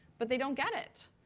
but they don't get it.